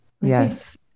Yes